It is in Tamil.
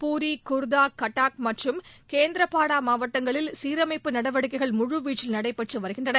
பூரி குர்தா கட்டாக் மற்றும் கேந்திரபாடா மாவட்டங்களில் சீரமைப்பு நடவடிக்கைகள் முழுவீச்சில் நடைபெற்று வருகின்றன